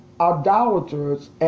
idolaters